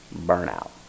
Burnout